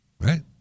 right